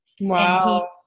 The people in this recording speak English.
wow